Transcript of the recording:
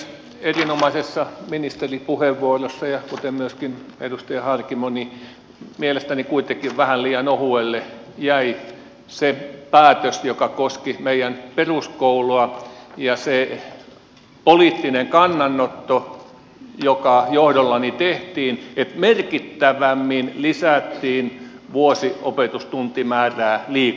oli erinomainen ministerin puheenvuoro kuten myöskin edustaja harkimon mutta mielestäni kuitenkin vähän liian ohuelle jäi se päätös joka koski meidän peruskoulua ja se poliittinen kannanotto joka johdollani tehtiin että merkittävämmin lisättiin vuosiopetustuntimäärää liikunnassa